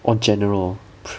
or general